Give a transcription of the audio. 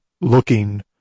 looking